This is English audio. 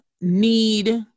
need